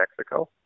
Mexico